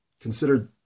considered